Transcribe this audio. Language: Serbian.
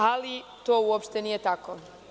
Ali, to uopšte nije tako.